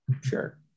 Sure